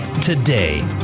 today